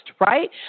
right